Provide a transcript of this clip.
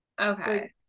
Okay